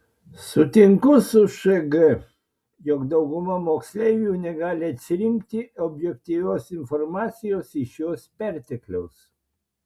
sutinku su šg jog dauguma moksleivių negali atsirinkti objektyvios informacijos iš jos pertekliaus